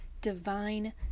divine